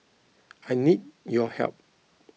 I need your help